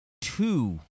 two